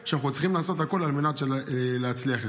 שאנחנו צריכים לעשות הכול על מנת להצליח בזה.